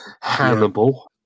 Hannibal